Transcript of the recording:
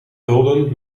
gulden